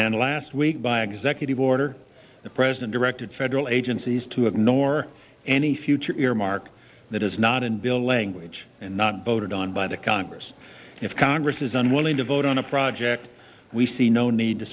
and last week by executive order the president directed federal agencies to ignore any future earmark that is not in bill language and not voted on by the congress if congress is unwilling to vote on a project we see no need to